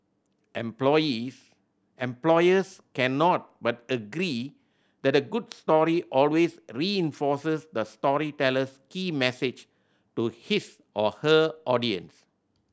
employs employers cannot but agree that a good story always reinforces the storyteller's key message to his or her audience